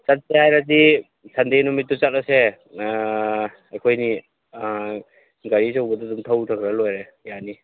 ꯆꯠꯁꯦ ꯍꯥꯏꯔꯗꯤ ꯁꯟꯗꯦ ꯅꯨꯃꯤꯠꯇ ꯆꯠꯂꯁꯦ ꯑꯩꯈꯣꯏ ꯑꯅꯤ ꯒꯥꯔꯤ ꯑꯆꯧꯕꯗ ꯑꯗꯨꯝ ꯊꯧꯊꯈ꯭ꯔ ꯂꯣꯏꯔꯦ ꯌꯥꯅꯤ